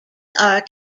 are